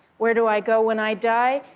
where do i go when i die?